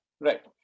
Right